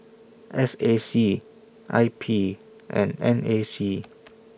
S A C I P and N A C